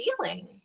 feeling